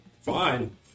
Fine